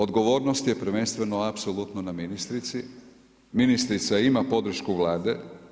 Odgovornost je prvenstveno apsolutno na ministrici, ministrica ima podršku Vlade.